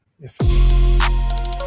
Yes